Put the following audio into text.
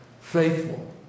faithful